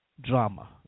drama